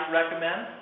recommend